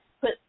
put